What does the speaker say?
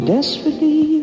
Desperately